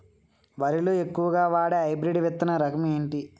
వరి లో ఎక్కువుగా వాడే హైబ్రిడ్ విత్తన రకం ఏంటి?